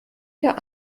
der